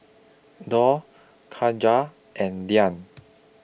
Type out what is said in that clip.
Daud Khadija and Dhia